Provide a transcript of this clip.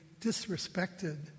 disrespected